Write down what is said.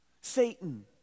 Satan